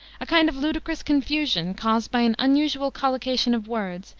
a kind of ludicrous confusion, caused by an unusual collocation of words,